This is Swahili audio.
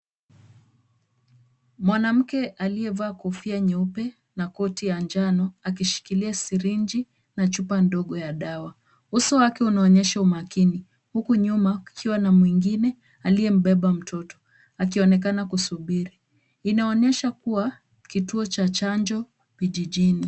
Mwanamke aliyevaa kofia nyeupe na koti ya njano akishikilia sirinji na chupa ndogo ya dawa. Uso wake unaonyesha umakini huku nyuma kukiwa na mwingine aliyebeba mtoto akionekana kusubiri. Inaonyesha kuwa kituo cha chanjo kijijini.